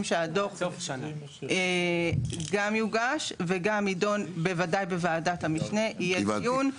שהדוח גם יוגש וגם יידון בוודאי בוועדת המשנה יהיה דיון.